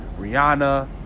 Rihanna